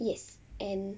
yes and